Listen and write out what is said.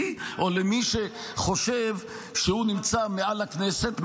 לי או למי שחושב שהוא נמצא מעל הכנסת,